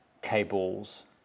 cables